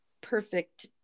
perfect